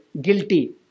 guilty